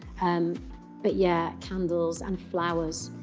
and but, yeah, candles and flowers.